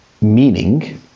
Meaning